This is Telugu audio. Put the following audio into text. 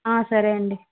సరే అండి